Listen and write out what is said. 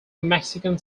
mexican